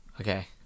Okay